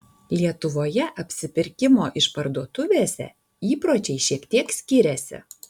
lietuvoje apsipirkimo išparduotuvėse įpročiai šiek tiek skiriasi